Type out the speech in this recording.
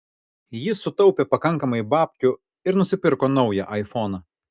jis sutaupė pakankamai babkių ir nusipirko naują aifoną